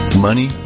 Money